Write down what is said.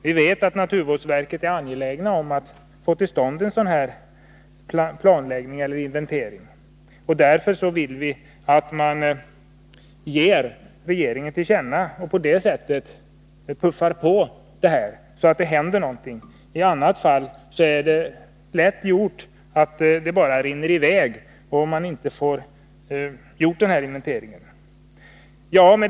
Vi vet att naturvårdsverket anser att det är angeläget att en planläggning och inventering kommer till stånd. Därför vill vi att riksdagen skall göra ett tillkännagivande till regeringen, för att på det sättet puffa på, så att det händer någonting. I annat fall är det lätt hänt att förslaget bara rinner ut i sanden och denna inventering inte blir gjord.